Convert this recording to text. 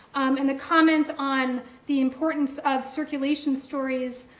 and the comments on the importance of circulation stories,